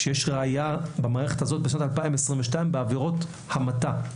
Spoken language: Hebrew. שיש ראיה במערכת הזאת שנת 2022 בעבירות המתה,